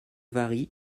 varient